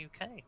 UK